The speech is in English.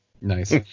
Nice